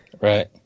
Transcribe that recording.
Right